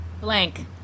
blank